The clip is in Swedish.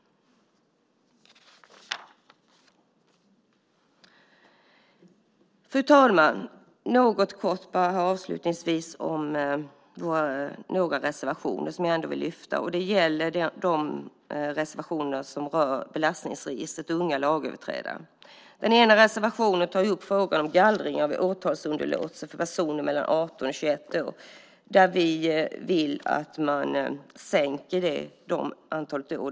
Fru talman! Jag ska säga något kort om de reservationer som rör belastningsregistret för unga lagöverträdare. Den ena reservationen tar upp frågan om gallring av åtalsunderlåtelse för personer mellan 18 och 21 år. Där vill vi att man sänker antalet år.